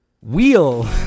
Wheel